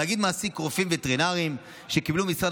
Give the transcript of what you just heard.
התאגיד מעסיק רופאים וטרינרים שקיבלו ממשרד